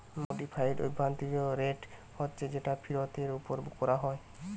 modified অভ্যন্তরীণ rate হচ্ছে যেটা ফিরতের উপর কোরা হয়